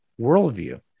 worldview